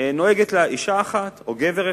נוהג גבר אחד או אשה אחת.